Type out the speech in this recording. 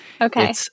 Okay